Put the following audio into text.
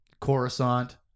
Coruscant